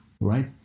right